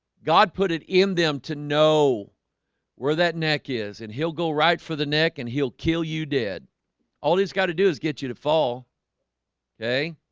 god put it in them to know where that neck is and he'll go right for the neck and he'll kill you dead all he's got to do is get you to fall ok,